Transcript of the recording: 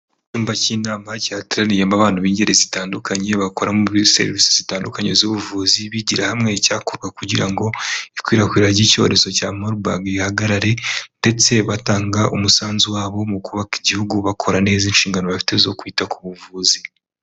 Icyumba cy'inama cyateraniyemo abantu b'ingeri zitandukanye bakora muri serivisi zitandukanye z'ubuvuzi bigira hamwe icyakorwa kugira ngo ikwirakwira ry'icyorezo cya marburg rihagarare ndetse batanga umusanzu wabo mu kubaka igihugu bakora neza inshingano bafite zo kwita ku buvuzi.